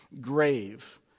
grave